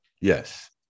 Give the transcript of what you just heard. Yes